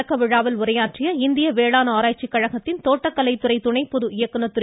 தொடக்க விழாவில் உரையாற்றிய இந்திய வேளாண் ஆராய்ச்சி கழகத்தின் தோட்டக்கலை துறை துணை பொது இயக்குநர் திரு